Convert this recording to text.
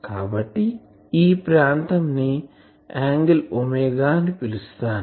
కాబట్టి ఈ ప్రాంతం ని యాంగిల్ అని పిలుస్తాము